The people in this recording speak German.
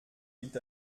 liegt